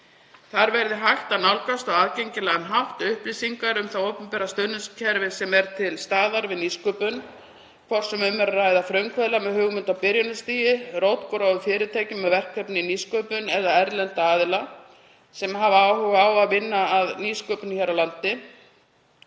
Þar verði hægt að nálgast á aðgengilegan hátt upplýsingar um það opinbera stuðningsumhverfi sem er til staðar við nýsköpun, hvort sem um er að ræða frumkvöðla með hugmynd á byrjunarstigi, rótgróið fyrirtæki með verkefni í nýsköpun eða erlenda aðila sem hafa áhuga á að vinna að nýsköpun hér á landi.